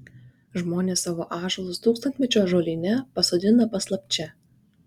žmonės savo ąžuolus tūkstantmečio ąžuolyne pasodina paslapčia